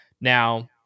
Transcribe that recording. now